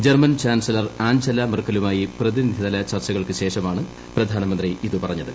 German chancellor Angela മെർക്കലുമായി പ്രതിനിധിതല ചർച്ചകൾക്ക് ശേഷമാണ് പ്രധാനമന്ത്രി ഇത് പറഞ്ഞത്